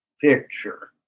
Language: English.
picture